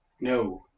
No